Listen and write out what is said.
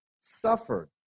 suffered